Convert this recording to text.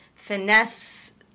finesse